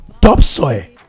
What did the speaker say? topsoil